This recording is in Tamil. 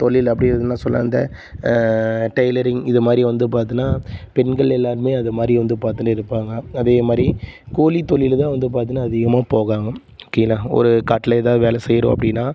தொழில் அப்படி எதனா சொல்லலாம் இந்த டைலரிங் இது மாதிரி வந்து பார்த்தீன்னா பெண்கள் எல்லோருமே அது மாதிரி வந்து பார்த்துன்னு இருப்பாங்க அதே மாதிரி கூலித்தொழிலு தான் வந்து பார்த்தீன்னா அதிகமாக போவாங்க ஓகேங்களா ஒரு காட்டில் ஏதாவது வேலை செய்கிறோம் அப்படின்னா